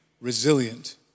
resilient